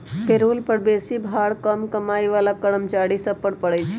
payroll कर बेशी भार कम कमाइ बला कर्मचारि सभ पर पड़इ छै